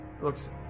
looks